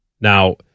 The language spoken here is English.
Now